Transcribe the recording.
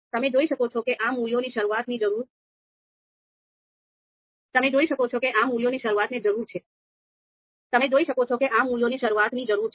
તમે જોઈ શકો છો કે આ મૂલ્યોની શરૂઆતની જરૂર છે